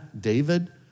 David